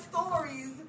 stories